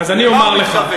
למה הוא מתכוון?